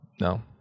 no